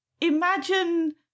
imagine